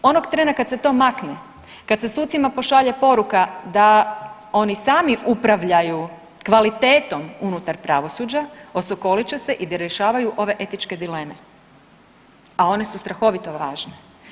Onog trena kad se to makne, kad se sucima pošalje poruka da oni sami upravljaju kvalitetom unutar pravosuđa osokolit će se i da rješavaju ove etičke dileme, a one su strahovito važne.